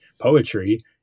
poetry